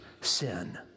sin